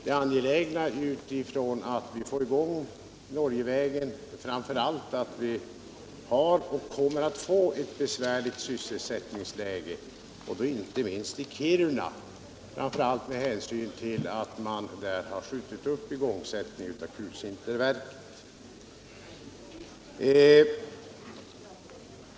Det är angeläget att sätta i gång byggandet av Norgevägen, framför allt därför att vi har och kommer att få ett besvärligt sysselsättningsläge, inte minst i Kiruna med hänsyn till att man där skjutit upp igångsättningen av kulsinterverket.